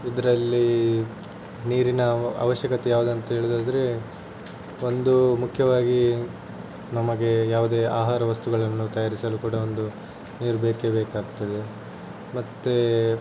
ಇದರಲ್ಲಿ ನೀರಿನ ಅವಶ್ಯಕತೆ ಯಾವುದಂತ ಹೇಳುವುದಾದ್ರೆ ಒಂದು ಮುಖ್ಯವಾಗಿ ನಮಗೆ ಯಾವುದೇ ಆಹಾರ ವಸ್ತುಗಳನ್ನು ತಯಾರಿಸಲು ಕೂಡ ಒಂದು ನೀರು ಬೇಕೇ ಬೇಕಾಗ್ತದೆ ಮತ್ತು